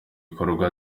bikorwa